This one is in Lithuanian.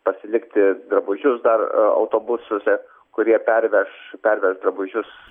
pasilikti drabužius dar autobusuose kurie perveš perveš drabužius